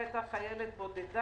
היא הייתה בצבא חיילת בודדה.